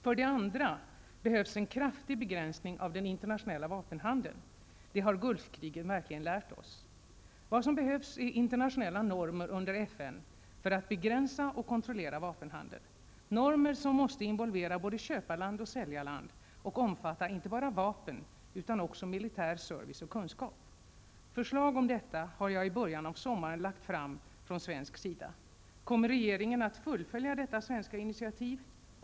För det andra behövs en kraftig begränsning av den internationella vapenhandeln. Det har Gulfkriget verkligen lärt oss. Vad som behövs är internationella normer under FN för att begränsa och kontrollera vapenhandeln, normer som måste involvera både köparland och säljarland och omfatta inte bara vapen utan också militär service och kunskap. Förslag om detta har jag i början av sommaren lagt fram från svensk sida. Kommer regeringen att fullfölja detta svenska initiativ?